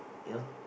you know